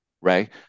right